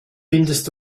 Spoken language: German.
findest